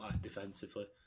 defensively